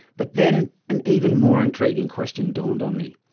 but then, an even more intriguing question dawned on me.